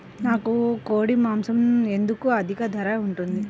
నాకు కోడి మాసం ఎందుకు అధిక ధర ఉంటుంది?